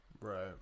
Right